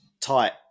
Tight